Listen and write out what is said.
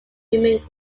human